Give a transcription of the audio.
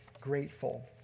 grateful